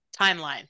timeline